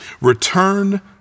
return